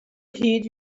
heed